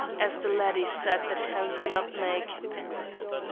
as the laddie said that found the nutmeg.